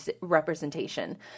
representation